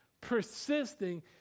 Persisting